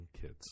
kids